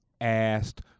Asked